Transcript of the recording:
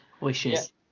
wishes